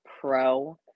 pro